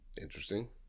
Interesting